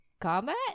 combat